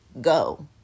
go